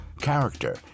character